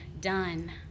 done